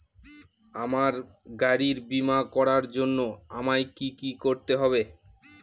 আমার গাড়ির বীমা করার জন্য আমায় কি কী করতে হবে?